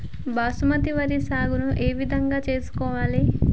బాస్మతి వరి సాగు ఏ విధంగా చేసుకోవాలి?